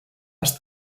estar